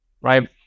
right